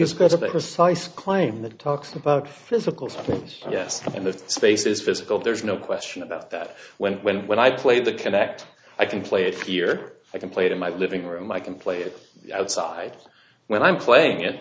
slice claim that talks about physical things yes i mean the space is physical there's no question about that when when when i play the connect i can play it here i can play it in my living room i can play it outside when i'm playing it